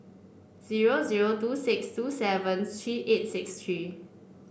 zero zero two six two seven three eight six three